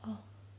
orh